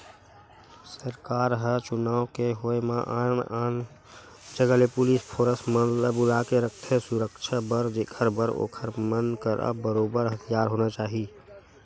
सरकार ह चुनाव के होय म आन आन जगा ले पुलिस फोरस मन ल बुलाके रखथे सुरक्छा बर जेखर बर ओखर मन करा बरोबर हथियार होना चाही